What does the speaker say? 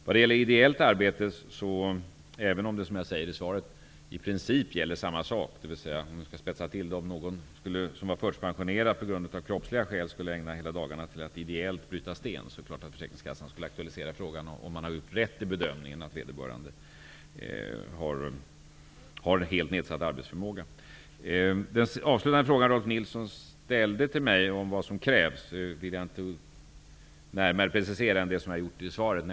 Vad gäller ideellt arbete vill jag säga följande. Även om det, som jag säger i svaret, i princip gäller samma sak -- för att spetsa till det hela kunde det ju gälla en person som så att säga av kroppsliga skäl fått förtidspension men som ägnar hela dagarna åt att ideellt bryta sten -- är det klart att försäkringskassan skulle aktualisera frågan om man har gjort rätt när man bedömt att vederbörande har helt nedsatt arbetsförmåga. Så till Rolf L Nilsons avslutande fråga om vad som krävs. Jag vill inte precisera mig mer än jag gjort i svaret.